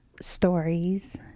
stories